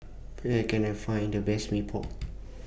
Where Can I Find The Best Mee Pok